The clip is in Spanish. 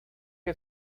que